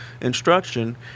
instruction